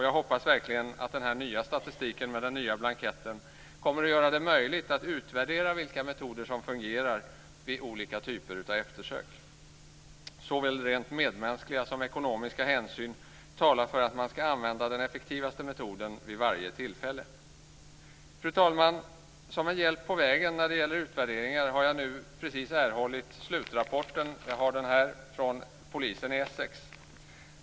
Jag hoppas verkligen att den nya statistiken med den nya blanketten kommer att göra det möjligt att utvärdera vilka metoder som fungerar vid olika typer av eftersökningar. Såväl rent medmänskliga som ekonomiska hänsyn talar för att man ska använda den effektivaste metoden vid varje tillfälle. Fru talman! Som en hjälp på vägen när det gäller utvärderingar har jag nu precis erhållit slutrapporten, jag har den här, från polisen i Essex.